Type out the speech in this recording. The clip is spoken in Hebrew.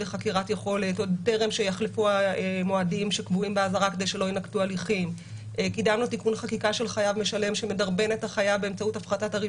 עשינו את ההליך הזה, ההליך הזה לפחות יניב